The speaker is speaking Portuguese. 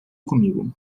comigo